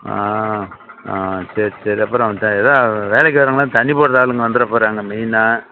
ஆ ஆ சேரி சரி அப்பறம் அதா வேலைக்கு வர்றவங்கள்லாம் தண்ணி போடுகிற ஆளுங்கள் வந்திட போகிறாங்க மெயினாக